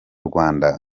rwanda